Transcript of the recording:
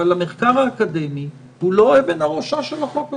אבל המחקר האקדמי הוא לא אבן הראשה של החוק הזה.